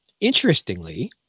Interestingly